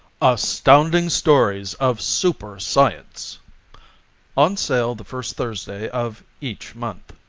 astounding stories of super-science on sale the first thursday of each month